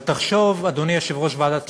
אבל תחשוב, אדוני יושב-ראש ועדת כספים,